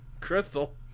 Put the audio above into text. Crystal